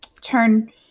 turn